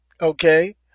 Okay